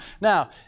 Now